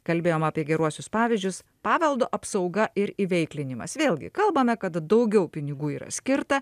kalbėjom apie geruosius pavyzdžius paveldo apsauga ir įveiklinimas vėlgi kalbame kad daugiau pinigų yra skirta